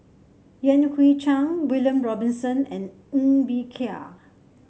Yan Hui Chang William Robinson and Ng Bee Kia